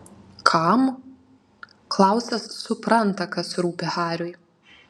kam klausas supranta kas rūpi hariui